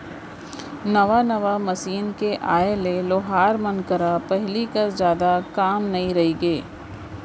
नवा नवा मसीन के आए ले लोहार मन करा पहिली कस जादा काम नइ रइगे